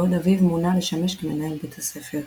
בעוד אביו מונה לשמש כמנהל בית הספר.